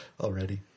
already